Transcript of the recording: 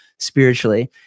spiritually